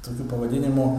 tokiu pavadinimu